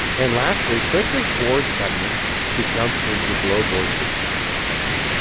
and lastly, click this board's button to jump into glo boards for task tracking.